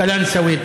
קלנסווה,